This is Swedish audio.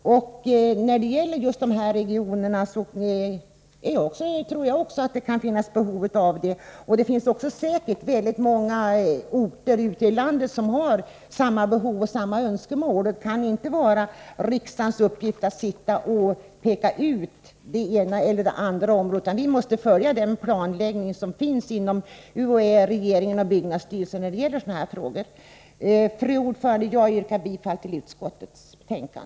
När det gäller just dessa regioner tror jag att det kan finnas behov, och det finns säkert många orter ute i landet som har samma behov och önskemål. Det kan inte vara riksdagens uppgift att peka ut det ena eller det andra området, utan vi måste följa planläggningen inom UHÅÄ, regeringen och byggnadsstyrelsen när det gäller sådana frågor. Fru talman! Jag yrkar bifall till utskottets hemställan.